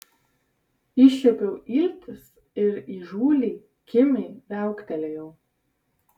iššiepiau iltis ir įžūliai kimiai viauktelėjau